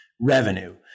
revenue